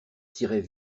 tirait